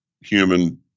human